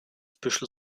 büschel